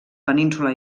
península